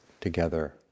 together